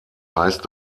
heißt